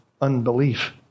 unbelief